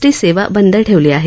T सेवा बंद ठेवली आहे